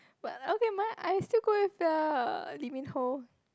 but okay my I still go with the Lee-Min-Ho